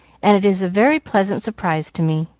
and it is a very pleasant surprise to me.